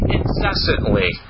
incessantly